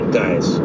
guys